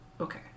Okay